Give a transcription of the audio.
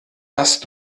hast